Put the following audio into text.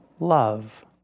Love